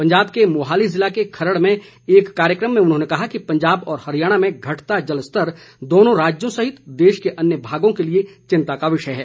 पंजाब के मोहाली जिला के खरड़ में एक कार्यक्रम में उन्होंने कहा कि पंजाब और हरियाणा में घटता जल स्तर दोनों राज्यों सहित देश के अन्य भागों के लिए चिंता का विषय है